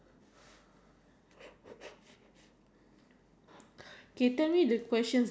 oh barbeque hot dog and like barbeque hot dog that is a bit saltier then is nice